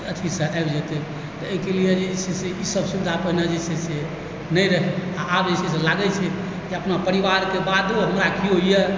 अथीसँ आबि जेतै तऽ अइकेँ लेल जे छै से सब सुविधा पहिने जे छै से नहि रहै आओर आब जे छै से लागै छै कि अपना परिवारके बादो हमरा कियो यऽ